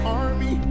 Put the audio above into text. army